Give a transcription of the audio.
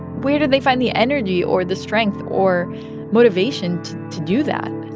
where did they find the energy or the strength or motivation to to do that?